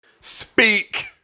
Speak